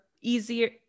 easier